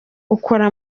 ukora